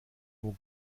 nur